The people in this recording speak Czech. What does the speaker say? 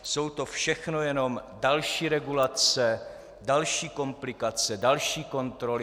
Jsou to všechno jenom další regulace, další komplikace, další kontroly.